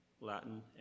latin